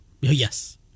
Yes